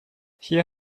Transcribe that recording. hier